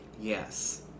Yes